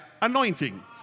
anointing